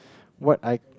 what I